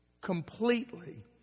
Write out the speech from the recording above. Completely